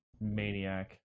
maniac